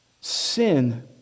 Sin